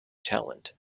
talent